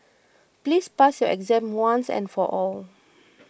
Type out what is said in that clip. please pass your exam once and for all